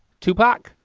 tupac?